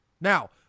Now